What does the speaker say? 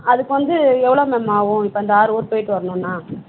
அதுக்கு வந்து எவ்வளோ மேம் ஆகும் இப்போ இந்த ஆறு ஊர் போய்ட்டு வரணும்னா